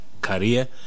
career